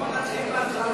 בואו נתחיל מההתחלה.